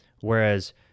Whereas